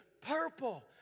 purple